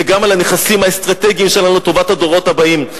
וגם על הנכסים האסטרטגיים שלנו לטובת הדורות הבאים.